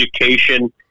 education